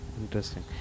interesting